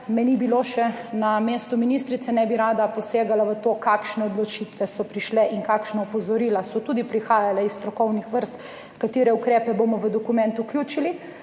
še ni bilo na mestu ministrice, ne bi rada posegala v to, kakšne odločitve so prišle in kakšna opozorila so prihajala tudi iz strokovnih vrst, katere ukrepe bomo vključili